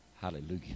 Hallelujah